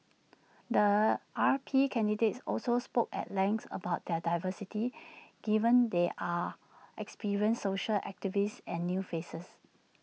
the R P candidates also spoke at length about their diversity given there are experienced social activists and new faces